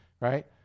right